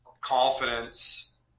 confidence